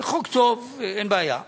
זה חוק טוב, אין בעיה.